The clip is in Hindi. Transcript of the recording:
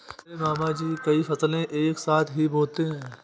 मेरे मामा जी कई फसलें एक साथ ही बोते है